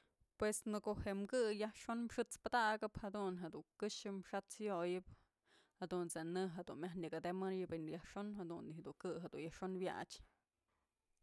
Pues në ko'o jem kë yajxon xët's padakëp jadun jedun këxë xat's yoyëp jadunt's je'e në jedun myaj nëkyë dëmëyëbë yajxon jadun yëdun kë'ë yajxon wyach.